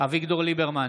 אביגדור ליברמן,